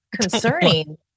concerning